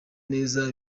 neza